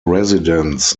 residents